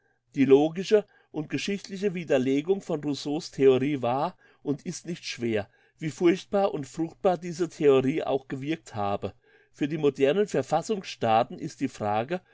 die logische und geschichtliche widerlegung von rousseau's theorie war und ist nicht schwer wie furchtbar und fruchtbar diese theorie auch gewirkt habe für die modernen verfassungsstaaten ist die frage